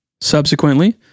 subsequently